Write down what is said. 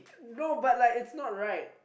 no but like it's not right